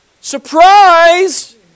Surprise